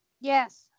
Yes